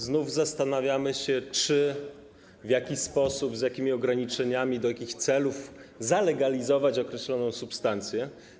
Znów zastanawiamy się, czy, w jaki sposób, z jakimi ograniczeniami, do jakich celów zalegalizować określoną substancję.